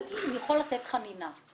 אבל הוא יכול לתת חנינה.